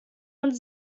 uns